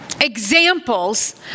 examples